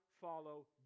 follow